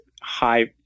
high